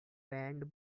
banned